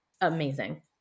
amazing